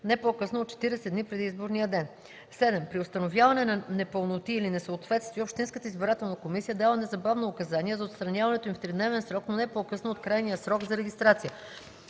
не по-късно от 40 дни преди изборния ден. (7) При установяване на непълноти или несъответствия общинската избирателна комисия дава незабавно указания за отстраняването им в тридневен срок, но не по-късно от крайния срок за регистрация.